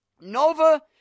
Nova